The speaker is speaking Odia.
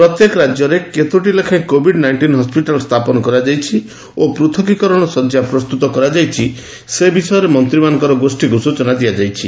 ପ୍ରତ୍ୟେକ ରାଜ୍ୟରେ କେତୋଟି ଲେଖାଏଁ କୋଭିଡ୍ ନାଇଷ୍ଟିନ୍ ହସିଟାଲ୍ ସ୍ଥାପନ କରାଯାଇଛି ଓ ପୂଥକୀକରଣ ଶଯ୍ୟା ପ୍ରସ୍ତୁତ ରଖାଯାଇଛି ସେ ବିଷୟରେ ମନ୍ତ୍ରୀମାନଙ୍କର ଗୋଷ୍ଠୀକୁ ସ୍ନଚନା ଦିଆଯାଇଛି